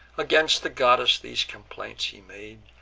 against the goddess these complaints he made,